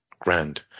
grand